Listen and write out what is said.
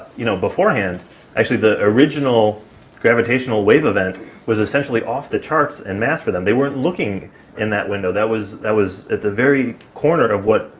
you know, beforehand actually, the original gravitational wave event was essentially off the charts in and mass for them. they weren't looking in that window, that was that was at the very corner of what,